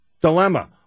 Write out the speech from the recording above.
dilemma